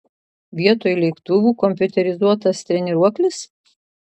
vietoj lėktuvų kompiuterizuotas treniruoklis